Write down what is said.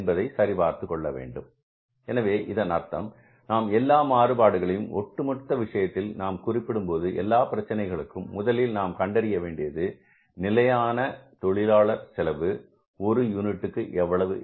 என்பதை சரி செய்து பார்த்துக்கொள்ள வேண்டும் எனவே இதன் அர்த்தம் நாம் எல்லா மாறுபாடுகளையும் ஒட்டுமொத்த விஷயத்தில் நாம் குறிப்பிடும் போது எல்லா பிரச்சனைகளுக்கும் முதலில் நாம் கண்டறிய வேண்டியது நிலையான தொழிலாளர் செலவு ஒரு யூனிட்டுக்கு எவ்வளவு